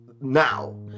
now